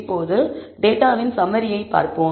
இப்போதுடேட்டாவின் summary யை பார்ப்போம்